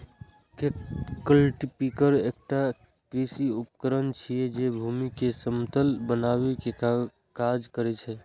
cultipacker एकटा कृषि उपकरण छियै, जे भूमि कें समतल बनबै के काज करै छै